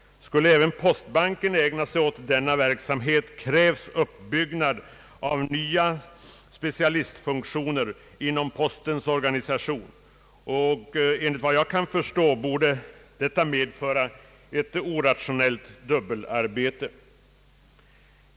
Skulle även postbanken ägna sig åt denna verksamhet, krävs uppbyggnad av nya specialistfunktioner inom postens organisation, och enligt vad jag kan förstå borde detta medföra ett irrationellt dubbelarbete.